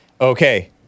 Okay